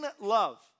love